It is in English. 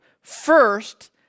First